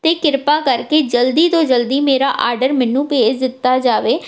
ਅਤੇ ਕਿਰਪਾ ਕਰਕੇ ਜਲਦੀ ਤੋਂ ਜਲਦੀ ਮੇਰਾ ਆਰਡਰ ਮੈਨੂੰ ਭੇਜ ਦਿੱਤਾ ਜਾਵੇ